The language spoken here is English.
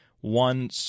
one